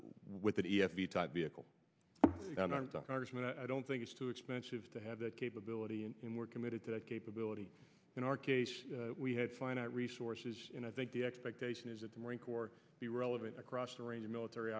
with an e s b type vehicle but i don't think it's too expensive to have that capability and we're committed to that capability in our case we have finite resources and i think the expectation is that the marine corps be relevant across the range of military